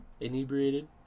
inebriated